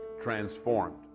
transformed